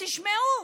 תשמעו,